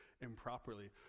improperly